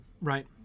right